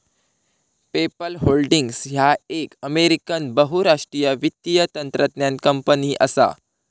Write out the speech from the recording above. PayPal holdings ह्या एक American बहुराष्ट्रीय वित्तीय तंत्रज्ञान कंपनी असा